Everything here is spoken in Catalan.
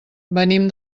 venim